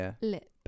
lip